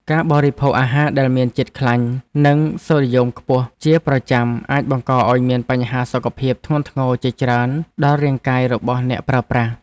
ការបរិភោគអាហារដែលមានជាតិខ្លាញ់ និងសូដ្យូមខ្ពស់ជាប្រចាំអាចបង្កឲ្យមានបញ្ហាសុខភាពធ្ងន់ធ្ងរជាច្រើនដល់រាងកាយរបស់អ្នកប្រើប្រាស់។